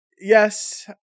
Yes